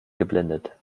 geblendet